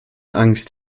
angst